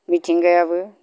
मिथिंगायाबो